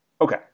okay